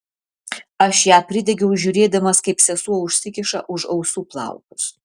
aš ją pridegiau žiūrėdamas kaip sesuo užsikiša už ausų plaukus